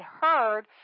heard